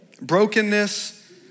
Brokenness